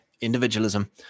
individualism